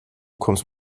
kommst